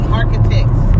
architects